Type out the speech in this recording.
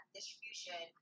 distribution